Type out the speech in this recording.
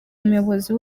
umuyobozi